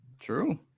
True